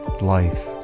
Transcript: life